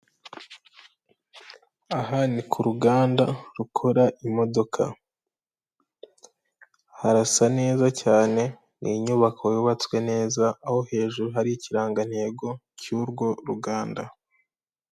Aha ni ku ruganda rukora imodoka harasa neza cyane ni inyubako yubatswe neza aho hejuru hari ikirangantego cyu'urwo ruganda.